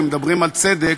אם מדברים על צדק,